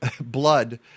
blood